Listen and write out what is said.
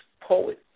poet